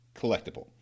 collectible